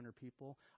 people